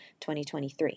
2023